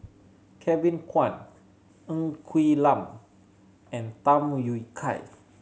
Kevin Kwan Ng Quee Lam and Tham Yui Kai